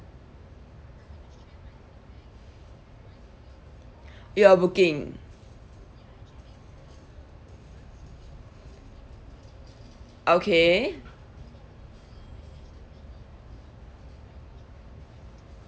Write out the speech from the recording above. your booking okay